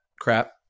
crap